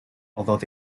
although